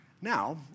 Now